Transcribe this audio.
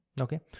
okay